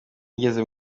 ngeze